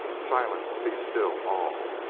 silence! be still, all!